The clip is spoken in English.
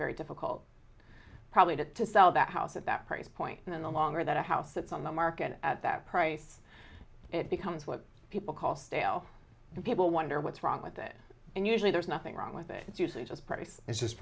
very difficult probably to to sell that house at that price point and then the longer that house sits on the market at that price it becomes what people call stale and people wonder what's wrong with it and usually there's nothing wrong with it it's usually just price